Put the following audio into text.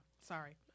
Sorry